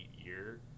year